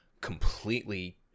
completely